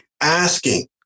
Asking